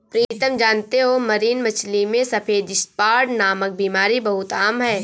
प्रीतम जानते हो मरीन मछली में सफेद स्पॉट नामक बीमारी बहुत आम है